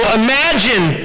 imagine